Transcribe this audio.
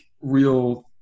real